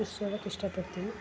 ಇಷ್ಟು ಹೇಳೋಕೆ ಇಷ್ಟಪಡ್ತೀನಿ